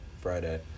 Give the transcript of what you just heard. Friday